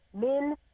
Men